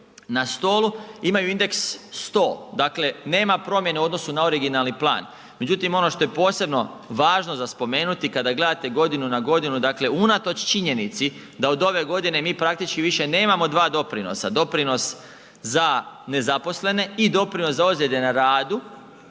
na stolu imaju indeks 100, dakle nema promjene u odnosu na originalni plan. Međutim, ono što je posebno važno za spomenuti kada gledate godinu na godinu, dakle unatoč činjenici da od ove godine mi praktički više nemamo dva doprinosa, doprinos za nezaposlene i doprinos za ozljede na radu